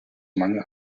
mangel